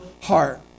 heart